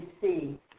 see